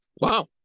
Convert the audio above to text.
wow